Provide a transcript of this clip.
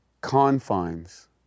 confines